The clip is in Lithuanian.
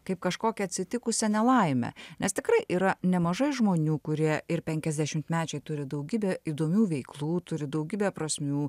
kaip kažkokią atsitikusią nelaimę nes tikrai yra nemažai žmonių kurie ir penkiasdešimtmečiai turi daugybę įdomių veiklų turi daugybę prasmių